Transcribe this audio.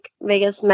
Vegas